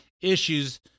issues